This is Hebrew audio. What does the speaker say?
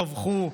טבחו,